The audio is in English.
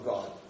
God